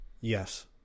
yes